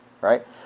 right